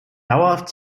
dauerhaft